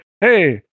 hey